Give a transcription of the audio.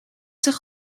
zich